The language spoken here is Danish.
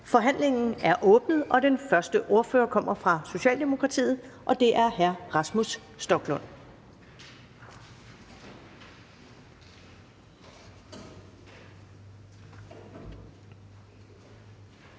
Forhandlingen er åbnet, og den første ordfører kommer fra Socialdemokratiet. Det er hr. Rasmus Stoklund.